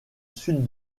sud